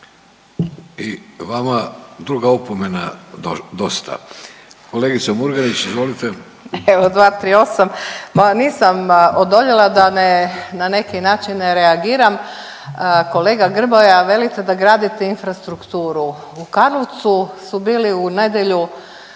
I vama druga opomena dosta. Kolegice Murganić, izvolite. **Murganić, Nada (HDZ)** Evo 238., nisam odoljela da ne, na neki način ne reagiram. Kolega Grmoja velite da gradite infrastrukturu. U Karlovcu su bili u nedjelju